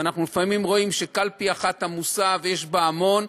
ואנחנו לפעמים רואים שקלפי אחת עמוסה ויש בה המון,